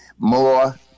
More